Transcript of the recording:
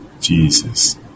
Jesus